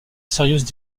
sérieuses